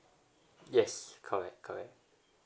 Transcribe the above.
yes correct correct